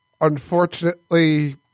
unfortunately